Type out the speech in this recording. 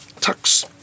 tux